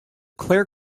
clare